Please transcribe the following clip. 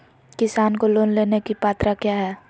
किसान को लोन लेने की पत्रा क्या है?